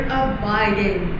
abiding